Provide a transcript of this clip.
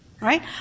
Right